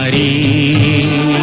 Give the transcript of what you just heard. a